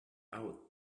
out